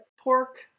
Pork